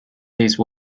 these